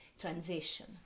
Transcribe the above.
transition